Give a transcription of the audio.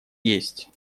есть